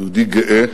יהודי גאה